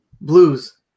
Blues